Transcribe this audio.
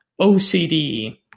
OCD